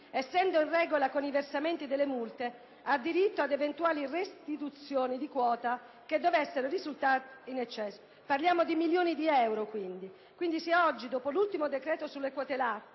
essendo in regola con i versamenti delle multe, ha diritto ad eventuali restituzioni di quota che dovessero risultare in eccesso. Parliamo quindi di milioni di euro. Oggi, dopo l'ultimo decreto sulle quote